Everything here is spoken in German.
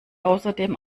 außerdem